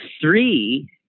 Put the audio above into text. three